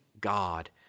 God